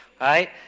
right